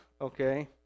okay